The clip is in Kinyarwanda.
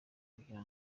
kugira